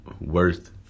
worth